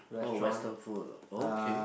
oh Western food okay